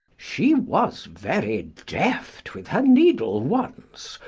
she was very deft with her needle once,